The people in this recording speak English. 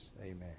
amen